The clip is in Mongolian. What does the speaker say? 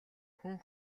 хүн